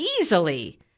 easily